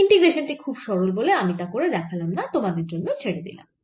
integration টি খুব সরল বলে আমি তা করে দেখালাম না তোমাদের জন্য ছেড়ে দিলাম